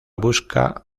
busca